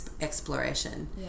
exploration